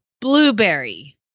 blueberry